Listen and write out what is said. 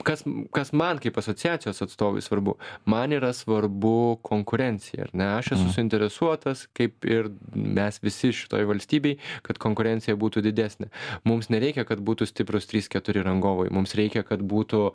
kas kas man kaip asociacijos atstovai svarbu man yra svarbu konkurencija ar ne aš esu suinteresuotas kaip ir mes visi šitoj valstybėj kad konkurencija būtų didesnė mums nereikia kad būtų stiprūs trys keturi rangovai mums reikia kad būtų